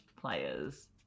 players